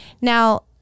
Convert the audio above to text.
Now